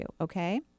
Okay